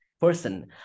person